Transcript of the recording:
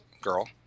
girl